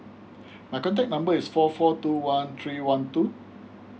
my contact number is four four two one three one two